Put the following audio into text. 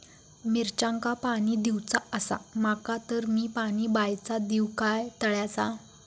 मिरचांका पाणी दिवचा आसा माका तर मी पाणी बायचा दिव काय तळ्याचा?